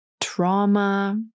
trauma